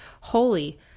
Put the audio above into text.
holy